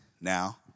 now